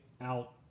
out